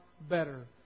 better